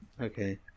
Okay